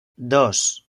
dos